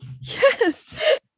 Yes